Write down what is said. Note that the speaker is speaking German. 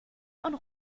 und